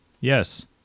Yes